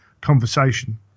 conversation